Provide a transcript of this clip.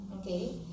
okay